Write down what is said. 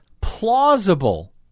plausible